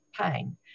pain